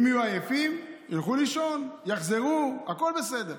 אם יהיו עייפים, ילכו לישון, יחזרו, הכול בסדר.